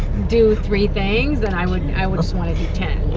do three things, then i would i would just want to do ten,